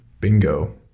Bingo